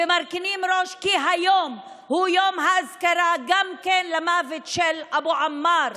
ומרכינים ראש כי היום הוא יום האזכרה גם למוות של אבו עמאר,